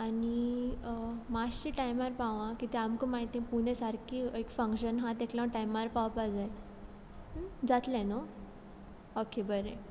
आनी मातशें टायमार पाव हा किद्या आमकां मागीर ते पुने सारकें एक फंग्शन आसा ताका लागून टायमार पावपा जाय जातलें न्हू ओके बरें